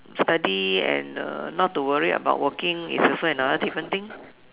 study and uh not to worry about working is also another different thing